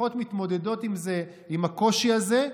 משפחות מתמודדות עם זה, עם הקושי הזה.